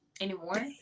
anymore